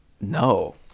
No